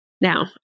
Now